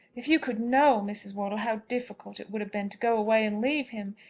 if you could know, mrs. wortle, how difficult it would have been to go away and leave him!